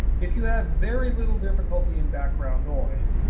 if you have very little difficulty in background noise,